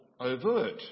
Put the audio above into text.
overt